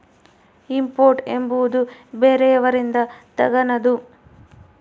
import ಎಂಬುವುದು ಬೇರೆಯವರಿಂದ ತಗನದು